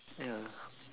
ya